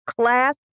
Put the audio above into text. class